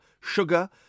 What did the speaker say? sugar